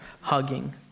hugging